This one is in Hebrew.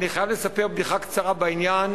אני חייב לספר בדיחה קצרה בעניין,